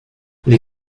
les